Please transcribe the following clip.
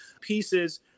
pieces